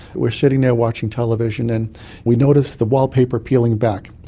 we're sitting there watching television and we notice the wallpaper peeling back,